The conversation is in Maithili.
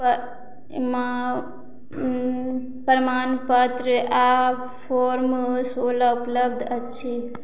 प्रमाण प्रमाणपत्र आ फॉर्म ए सोलह उपलब्ध अछि